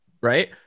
right